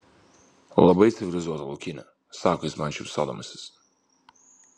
labai civilizuota laukinė sako jis man šypsodamasis